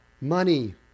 money